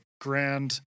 grand